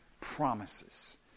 promises